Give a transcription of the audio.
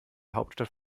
hauptstadt